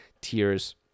tiers